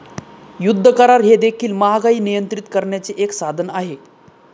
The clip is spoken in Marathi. युद्ध करार हे देखील महागाई नियंत्रित करण्याचे एक साधन आहे